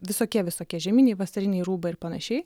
visokie visokie žieminiai vasariniai rūbai ir panašiai